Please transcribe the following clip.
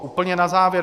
Úplně na závěr.